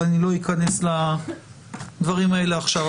אבל אני לא אכנס לדברים האלה עכשיו.